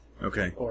Okay